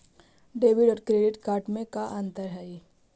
Debit और credit card में का अंतर हइ?